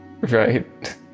Right